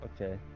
Okay